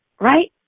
right